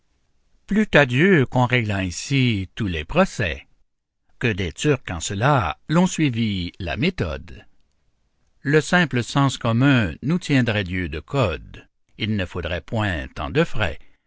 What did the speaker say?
plût à dieu qu'on réglât ainsi tous les procès que des turcs en cela l'on suivît la méthode le simple sens commun nous tiendrait lieu de code il ne faudrait point tant de frais